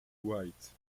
white